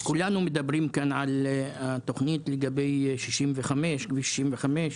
כולנו מדברים כאן על התוכנית לגבי כביש 65,